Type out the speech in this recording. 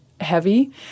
heavy